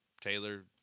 Taylor